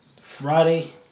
Friday